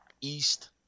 East